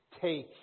take